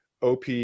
OP